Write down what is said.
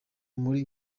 muri